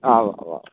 आवावाव्